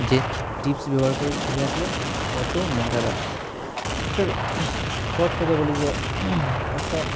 যে টিপস ব্যবহার করে ছবি আঁকলে কত মজাদার একটা সহজ কথা বলি যে একটা